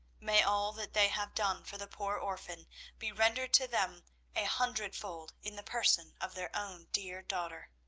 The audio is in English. may all that they have done for the poor orphan be rendered to them a hundredfold in the person of their own dear daughter!